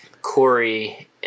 Corey